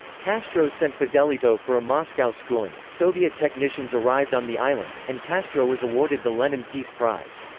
castro sent fidelito for a moscow schooling, soviet technicians arrived on the island, and castro was awarded the lenin peace prize.